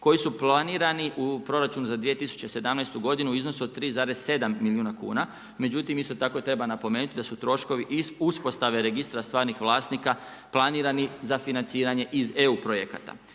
koji su planirani u proračunu za 2017. godinu u iznosu od 3,7 milijuna kuna. Međutim, isto tako treba napomenuti da su troškovi uspostave Registra stvarnih vlasnika planirani za financiranje iz EU projekata.